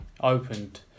opened